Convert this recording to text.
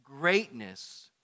Greatness